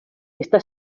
està